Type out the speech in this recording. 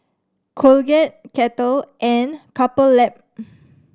Colgate Kettle and Couple Lab